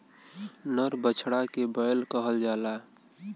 नर बछड़ा के बैल कहल जाला